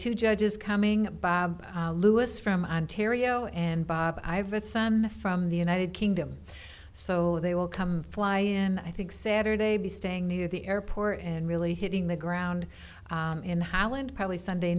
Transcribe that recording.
two judges coming by lewis from ontario and bob i have a son from the united kingdom so they will come fly in i think saturday be staying near the airport and really hitting the ground in holland probably sunday